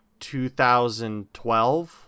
2012